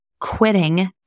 quitting